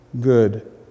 good